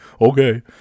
okay